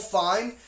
fine